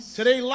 today